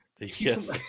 Yes